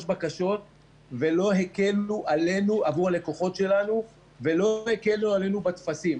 בקשות ולא הקלו עלינו עבור הלקוחות שלנו ולא הקלו עלינו בטפסים.